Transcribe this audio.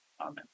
Amen